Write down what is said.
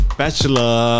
bachelor